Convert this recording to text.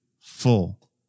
full